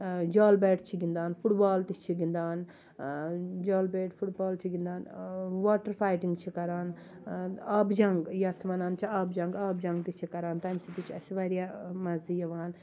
جال بیٹ چھِ گِنٛدان فُٹ بال تہِ چھِ گِنٛدان جال بیٹ فُٹ بال چھِ گِندان واٹَر فایِٹِنٛگ چھِ کران آبہٕ جَنٛگ یَتھ وَنان چھِ آبہٕ جنگ آبہٕ جنگ تہِ چھِ کران تَمۍ سۭتۍ تہِ چھِ اَسہِ واریاہ مَزٕ یِوان